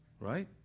Right